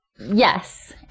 Yes